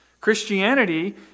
Christianity